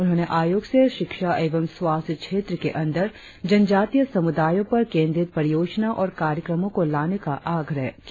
उन्होने आयोग से शिक्षा एवं स्वास्थ्य क्षेत्र के अंदर जनजातीय समुदायों पर केंद्रित परियोजना और कार्यक्रमों को लाने का आग्रह किया